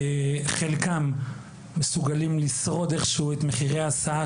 חלקם מסוגלים לשרוד איכשהו את מחירי ההסעה,